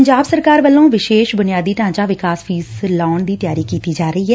ਪੰਜਾਬ ਸਰਕਾਰ ਵੱਲੋਂ ਵਿਸ਼ੇਸ਼ ਬੁਨਿਆਦੀ ਢਾਂਚਾ ਵਿਕਾਸ ਫੀਸ ਲਾਉਣ ਦੀ ਤਿਆਰੀ ਕੀਤੀ ਜਾ ਰਹੀ ਐ